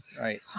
Right